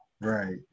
Right